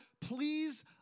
please